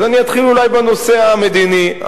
אז אתחיל בנושא המדיני.